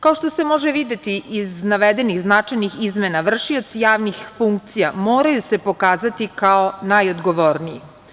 Kao što se može videti iz navedenih značajnih izmena, vršioci javnih funkcija moraju se pokazati kao najodgovorniji.